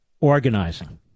Organizing